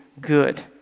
good